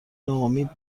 ناامید